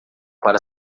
para